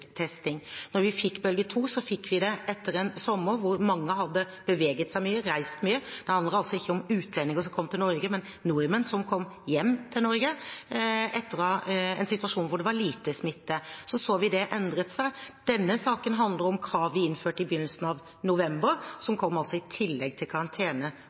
testing. Da vi fikk bølge nummer to, fikk vi det etter en sommer hvor mange hadde beveget seg mye, reist mye. Det handler altså ikke om utlendinger som kom til Norge, men om nordmenn som kom hjem til Norge, etter en situasjon hvor det var lite smitte. Så så vi at det endret seg. Denne saken handler om krav vi innførte i begynnelsen av november, som altså kom i tillegg til